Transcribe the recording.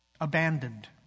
abandoned